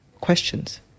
questions